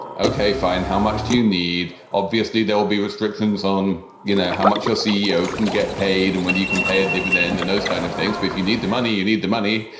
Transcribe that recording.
ok, fine, how much do you need? obviously, there will be restrictions on, you know, how much your ceo can get paid and whether you can pay a dividend and those kind of things. but if you need the money, you need the money.